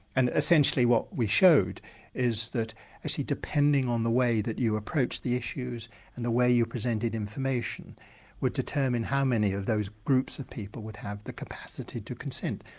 and essentially what we showed is that ah depending on the way that you approached the issues and the way you presented information would determine how many of those groups of people would have the capacity to consent.